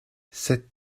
cette